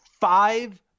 five